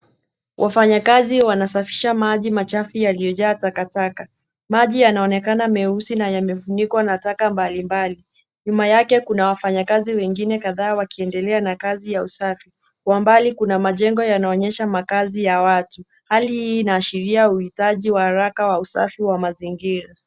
Wafanyakazi wanasafisha maji machafu yaliyojaa takataka. Maji yanaonekana meusi na yamefunikwa na taka mbalimbali, nyuma yake kuna wafanyakazi wengine kadhaa wakiendelea na kazi ya usafi. Kwa mbali kuna majengo yanaonyesha makaazi ya watu. Hali hii inaashiria uhitaji wa haraka wa usafi wa mazingira.